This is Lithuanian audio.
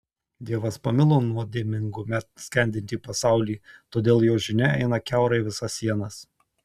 dievas pamilo nuodėmingume skendintį pasaulį todėl jo žinia eina kiaurai visas sienas